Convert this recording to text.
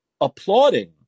applauding